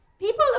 People